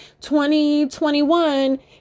2021